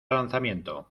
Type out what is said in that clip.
lanzamiento